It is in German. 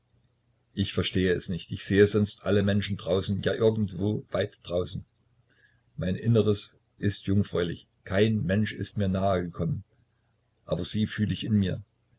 ich verstehe es nicht ich sehe sonst alle menschen draußen ja irgendwo weit draußen mein inneres ist jungfräulich kein mensch ist mir nahe gekommen aber sie fühl ich in mir